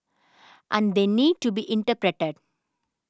and they need to be interpreted